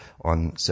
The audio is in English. on